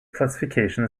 classification